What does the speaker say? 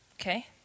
okay